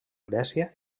grècia